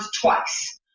twice